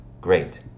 Great